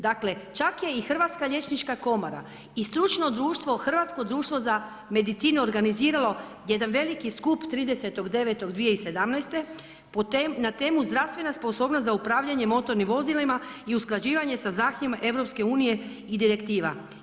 Dakle, čak je Hrvatska liječnička komora i stručno društvo, hrvatsko društvo za medicinu organiziralo jedan veliki skup 30.9.2017. na temu „Zdravstvena sposobnost za upravljanje motornim vozilima i usklađivanje sa zahtjevima EU i direktiva“